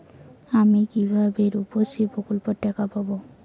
আমি কিভাবে রুপশ্রী প্রকল্পের টাকা পাবো?